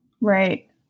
Right